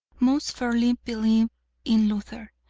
most firmly believe in luther,